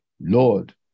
Lord